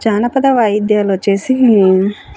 జానపద వాయిద్యాలు వచ్చేసి